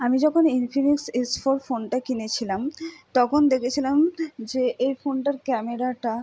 আমি যখন Infinix S four ফোনটা কিনেছিলাম তখন দেখেছিলাম যে এই ফোনটার ক্যামেরাটা